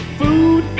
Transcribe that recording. food